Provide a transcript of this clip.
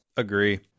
agree